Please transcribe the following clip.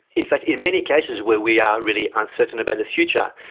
in fact in many cases where we are really uncertain about the future,